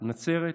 נצרת,